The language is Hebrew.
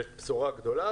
בשורה גדולה,